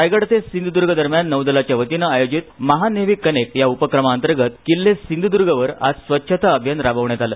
रायगड ते सिंधूदर्ग दरम्यान नौदलाच्या वतीने आयोजित महानेव्ही कनेक्ट या उपक्रमांतर्गत किल्ले सिंधुद्र्गवर आज स्वच्छता अभियान राबविण्यात आल